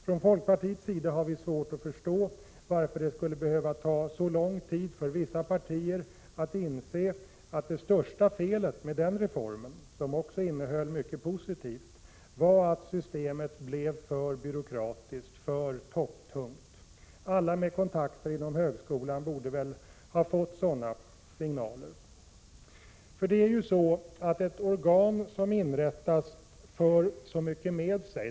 Från folkpartiets sida har vi svårt att förstå varför det skulle behöva ta så lång tid för vissa partier att inse att det största felet med den reformen — som också innehöll mycket positivt — var att systemet blev för byråkratiskt, för topptungt. Alla med kontakter inom högskolan borde väl ha fått sådana signaler. Ett organ som inrättas för ju så mycket med sig.